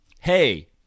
hey